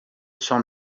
sun